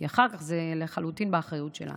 כי אחר כך זה לחלוטין באחריות שלנו.